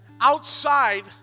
outside